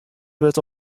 wurdt